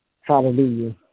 Hallelujah